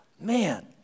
man